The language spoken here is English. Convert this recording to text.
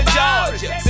Georgia